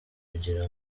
kugira